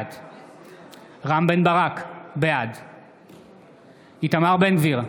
בעד רם בן ברק, בעד איתמר בן גביר,